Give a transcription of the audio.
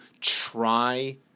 try